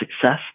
success